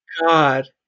God